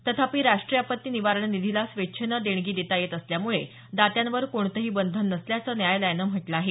तथापि राष्ट्रीय आपत्ती निवारण निधीला स्वेच्छेनं देणगी देता येत असल्यामुळे दात्यांवर कोणतही बंधन नसल्याचं न्यायालयानं म्हटलं आहे